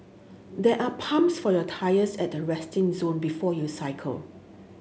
there are pumps for your tyres at the resting zone before you cycle